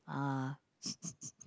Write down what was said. ah